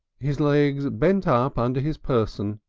his legs bent up under his person,